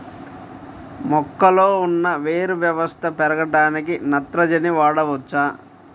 మొక్కలో ఉన్న వేరు వ్యవస్థ పెరగడానికి నత్రజని వాడవచ్చా?